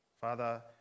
Father